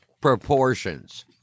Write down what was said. proportions